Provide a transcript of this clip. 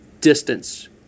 distance